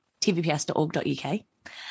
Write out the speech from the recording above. tvps.org.uk